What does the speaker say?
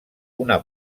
una